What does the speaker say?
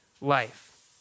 life